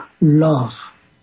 love